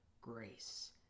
grace